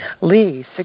Lee